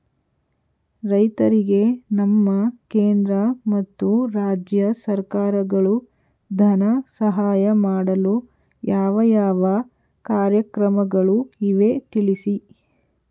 ರೈತರಿಗೆ ನಮ್ಮ ಕೇಂದ್ರ ಮತ್ತು ರಾಜ್ಯ ಸರ್ಕಾರಗಳು ಧನ ಸಹಾಯ ಮಾಡಲು ಯಾವ ಯಾವ ಕಾರ್ಯಕ್ರಮಗಳು ಇವೆ ತಿಳಿಸಿ?